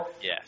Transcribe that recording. Yes